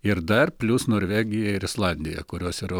ir dar plius norvegija ir islandija kurios yra